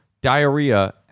Diarrhea